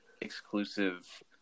exclusive